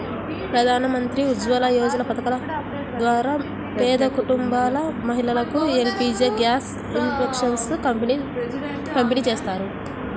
ప్రధాన్ మంత్రి ఉజ్వల యోజన పథకం ద్వారా పేద కుటుంబాల మహిళలకు ఎల్.పీ.జీ గ్యాస్ కనెక్షన్లను పంపిణీ చేస్తారు